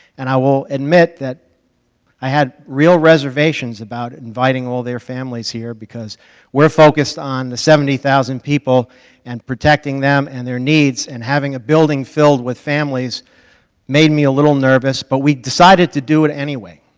and i will admit that i had real reservations about inviting all their families here because we're focused on the seventy thousand people and protecting them and their needs, and having a building filled with families made me a little nervous, but we decided to do it anyway,